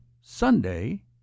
Sunday